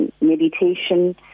meditation